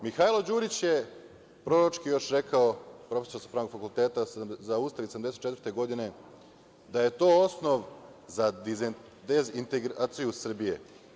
Mihajlo Đurić je proročki rekao, profesor sa Pravnog fakulteta, za Ustav iz 1974. godine, da je to osnov za dezintegraciju Srbije.